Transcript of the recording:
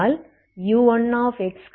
ஆகையால்